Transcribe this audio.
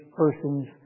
persons